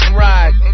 ride